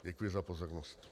Děkuji za pozornost.